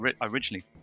originally